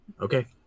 Okay